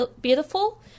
beautiful